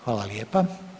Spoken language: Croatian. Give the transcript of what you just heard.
Hvala lijepa.